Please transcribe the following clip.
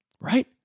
right